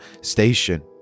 station